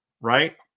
right